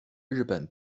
日本